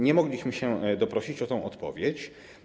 Nie mogliśmy się doprosić o tę odpowiedź.